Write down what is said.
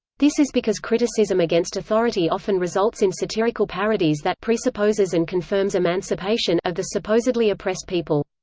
this is because criticism against authority often results in satirical parodies that presupposes and confirms emancipation of the supposedly oppressed people.